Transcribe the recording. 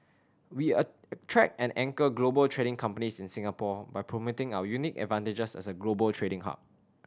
we attract and anchor global trading companies in Singapore by promoting our unique advantages as a global trading hub